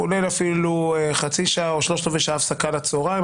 כולל אפילו חצי שעה או שלושת רבעי שעה הפסקה לצוהריים,